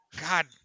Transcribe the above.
God